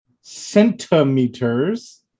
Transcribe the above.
centimeters